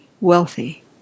wealthy